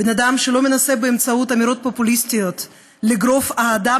בן אדם שלא מנסה באמצעות אמירות פופוליסטיות לגרוף אהדה